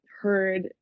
heard